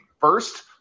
First